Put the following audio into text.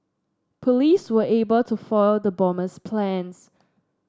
police were able to foil the bomber's plans